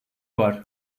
var